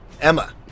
Emma